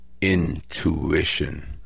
intuition